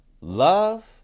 love